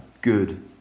good